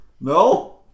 No